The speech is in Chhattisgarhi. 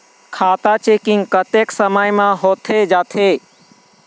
खाता चेकिंग कतेक समय म होथे जाथे?